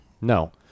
No